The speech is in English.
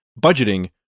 budgeting